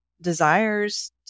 desires